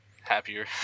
happier